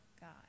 God